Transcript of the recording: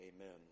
Amen